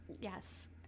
yes